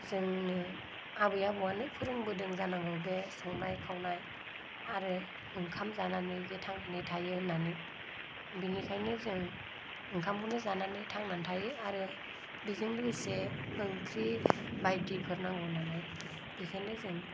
जोंनो आबै आबौयानो फोरोंबोदों जानांगौ बे संनाय खावनाय आरो ओंखाम जानानै जे थांनानै थायो होननानै बेनिखायनो जों ओंखामखौनो जानानै थांनानै थायो आरो बेजों लोगोसे ओंख्रि बायदिफोर नांगौ नालाय बेखायनो जों